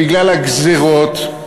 בגלל הגזירות,